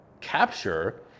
capture